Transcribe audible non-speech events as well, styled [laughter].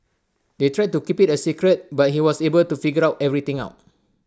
they tried to keep IT A secret but he was able to figure [unintelligible] everything out